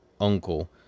uncle